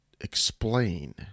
explain